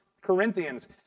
Corinthians